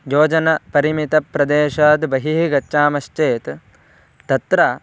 योजनपरिमितप्रदेशात् बहिः गच्छामश्चेत् तत्र